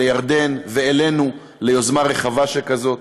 לירדן ואלינו ליוזמה רחבה שכזאת.